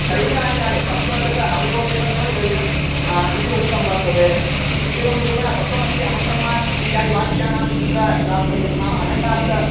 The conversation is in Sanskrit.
शरीराणि कानि सप्तदश अवयोपेतमेव शरीरम् इति उक्तं वर्तते इत्येवं रूपेण तत्त्वमसि अहं ब्रह्मास्मि इत्यादिवाक्यानां कुत्र तात्पर्यं नाम अखण्डार्थः